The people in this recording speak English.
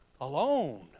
alone